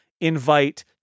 invite